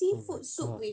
oh ah